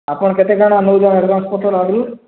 ଆପଣ କେତେ କାଣା ନେଉଛନ୍ତି ଆଡ଼ଭାନ୍ସ ପତର ଆଗରୁ